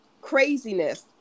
craziness